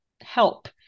help